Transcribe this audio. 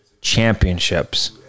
Championships